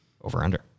over-under